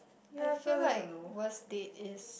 I feel like worst date is